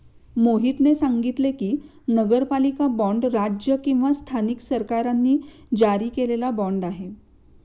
मोहितने सांगितले की, नगरपालिका बाँड राज्य किंवा स्थानिक सरकारांनी जारी केलेला बाँड आहे